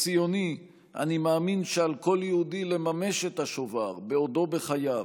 כציוני אני מאמין שעל כל יהודי לממש את השובר בעודו בחייו,